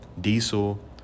diesel